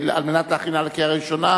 על מנת להכינה לקריאה ראשונה.